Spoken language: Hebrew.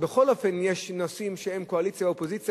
בכל אופן אם יש נושאים שהם קואליציה אופוזיציה,